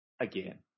Again